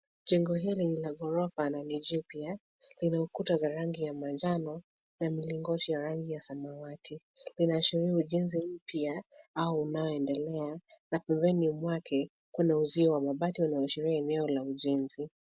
Jengo hili ni la ghorofa na ni jipya. Lina ukuta za rangi ya manjano na mlingoti ya rangi ya samawati. Linaashiria ujenzi mpya au unaoendelea na pembeni mwake kuna uzio wa mabati unaoshiria eneo la ujenzi.